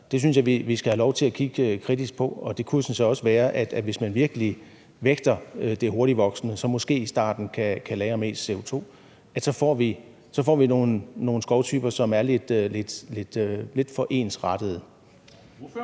Det synes jeg at vi skal have lov til at kigge kritisk på. Det kan jo sådan set også være, at hvis man virkelig vægter det hurtigtvoksende, så man i starten kan lagre mest CO2, så får vi nogle skovtyper, som er lidt for ensartede.